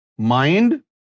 Mind